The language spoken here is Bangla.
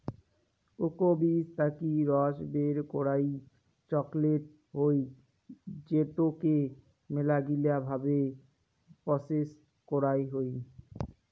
কোকো বীজ থাকি রস বের করই চকলেট হই যেটোকে মেলাগিলা ভাবে প্রসেস করতে হই